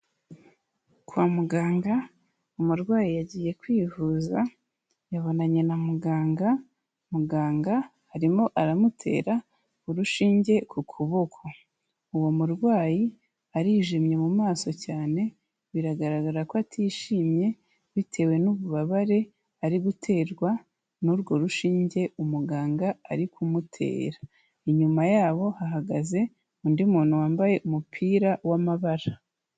Kwa muganga umurwayi yagiye kwivuza yabonanye na muganga, muganga arimo aramutera urushinge ku kuboko, uwo murwayi arijimye mu maso cyane biragaragara ko atishimye bitewe n'ububabare ari guterwa n'urwo rushinge umuganga ari kumutera, inyuma yabo hahagaze undi muntu wambaye umupira w'amabara.